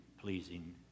pleasing